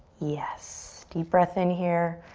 yes, deep breath in here.